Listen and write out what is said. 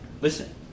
listen